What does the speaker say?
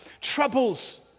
troubles